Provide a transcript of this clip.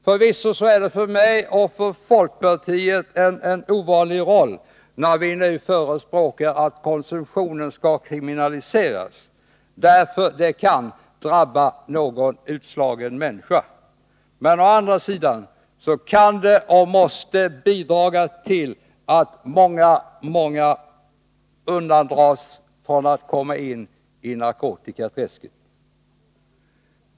Förvisso är det för mig och för folkpartiet en ovanlig roll, när vi nu förespråkar att konsumtionen skall kriminaliseras, därför att det kan drabba någon utslagen människa. Men å andra sidan kan och måste det bidra till att många undandras från att komma in i narkotikaträsket.